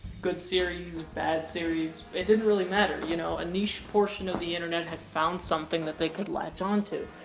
good series, bad series, it didn't really matter, you know. a niche portion of the internet had found something that they could latch on to.